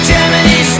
Germany